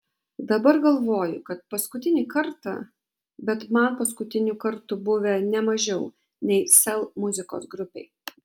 dabar galvoju kad paskutinį kartą bet man paskutinių kartų buvę ne mažiau nei sel muzikos grupei